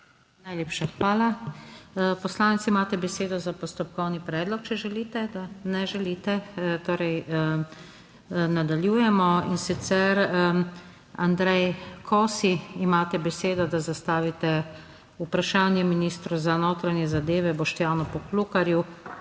Najlepša hvala. Poslanec, imate besedo za postopkovni predlog, če želite. Ne želite. Nadaljujemo. Andrej Kosi, imate besedo, da zastavite vprašanje ministru za notranje zadeve Boštjanu Poklukarju